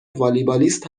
والیبالیست